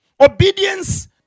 obedience